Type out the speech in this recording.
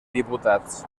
diputats